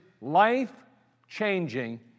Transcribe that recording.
life-changing